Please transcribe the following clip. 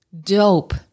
dope